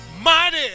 mighty